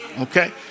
okay